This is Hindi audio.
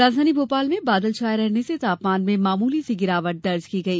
राजधानी भोपाल में बादल छाये रहने से तापमान में मामूली सी गिरावट दर्ज की गई